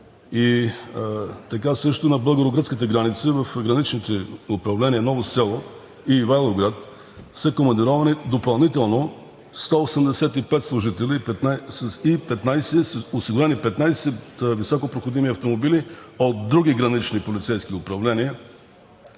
Така също на българо-гръцката граница в граничните управления Ново село и Ивайловград са командировани допълнително 185 служители и са осигурени 15 високопроходими автомобила от други гранични полицейски управления